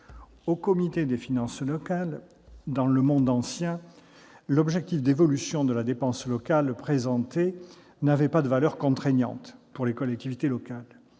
le comité des finances locales, dans le monde ancien donc, l'objectif d'évolution de la dépense locale n'avait pas de valeur contraignante pour les collectivités locales